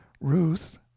Ruth